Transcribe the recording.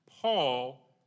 Paul